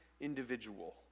individual